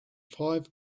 five